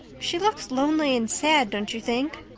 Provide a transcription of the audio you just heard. she looks lonely and sad, don't you think?